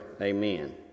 Amen